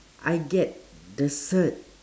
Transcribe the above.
I get the cert